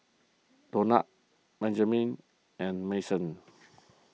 Donat Benjamin and Mason